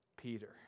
Peter